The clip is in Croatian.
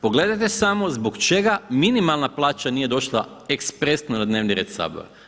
Pogledajte samo zbog čega minimalna plaća nije došla ekspresno na dnevni red Sabora?